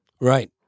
Right